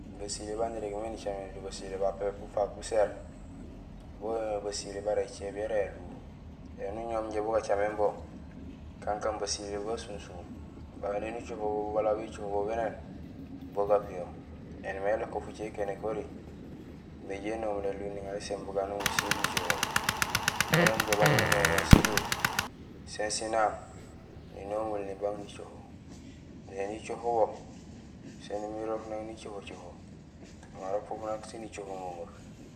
Basilé baan irégmé nicaméné do basilé babu bufaak buséér bo boomé basilé bara écééb yara éluw. Ēni uñowoom injé bo gacaméén bo kankaan basilé basunsuum, baan éni ucoho bo bala bécoho bénéén bo gapiyo, éni may ilako fucé ikéén ékori nijé inomul éluw niŋaar iséét buganoom gusiil jicoho, wala nijoow baan inja gunoméén mé siluw sén sinaaŋ, ninomul nibang nicoho. Néni icoho bo sén imiir irok nang nicoho coho marok fofunaak sén icoho memeek.